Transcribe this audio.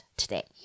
today